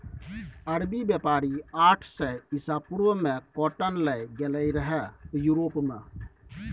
अरबी बेपारी आठ सय इसा पूर्व मे काँटन लए गेलै रहय युरोप मे